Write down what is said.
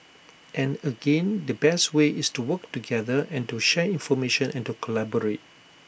and again the best way is to work together and to share information and to collaborate